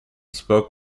spoke